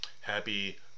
happy